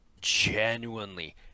genuinely